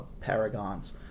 Paragons